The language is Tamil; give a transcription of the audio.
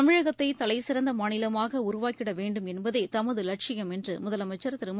தமிழகத்தைதலைசிறந்தமாநிலமாகஉருவாக்கிடவேண்டும் என்பதேதமதுலட்சியம் என்றுமுதலமமச்சர் திருமு